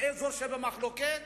לאזור שבמחלוקת,